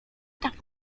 tak